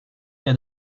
cas